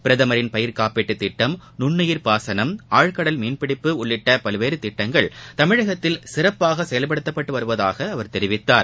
பிரதமரின் பயிர்க்காப்பீட்டுத் திட்டம் நுண்னுயிர் பாசனம் ஆழ்கடல் மீன்பிடிப்பு உள்ளிட்ட பல்வேறு திட்டங்கள் தமிழகத்தில் சிறப்பாக செயல்படுத்தப்பட்டு வருவதாக அவர் தெரிவித்தார்